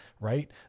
right